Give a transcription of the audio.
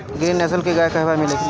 गिरी नस्ल के गाय कहवा मिले लि?